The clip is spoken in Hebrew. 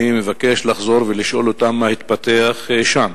אני מבקש לחזור ולשאול אותן, מה התפתח שם.